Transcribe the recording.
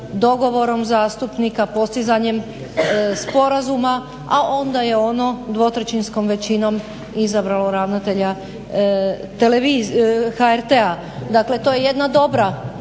dogovorom zastupnika, postizanjem sporazuma, a onda je ono dvotrećinskom većinom izabralo ravnatelja HRT-a. Dakle to je jedna dobra